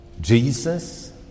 Jesus